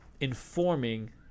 informing